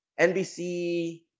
NBC